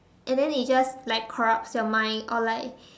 and then it just like corrupts your mind or like